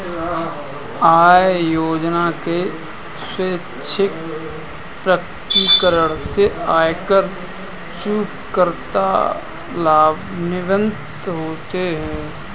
आय योजना के स्वैच्छिक प्रकटीकरण से आयकर चूककर्ता लाभान्वित होते हैं